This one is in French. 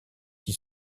qui